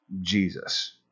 jesus